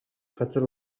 газар